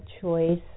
choice